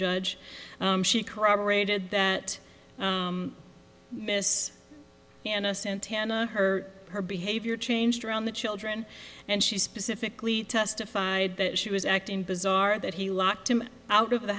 judge she corroborated that miss anna santana her her behavior changed around the children and she specifically testified that she was acting bizarre that he locked him out of the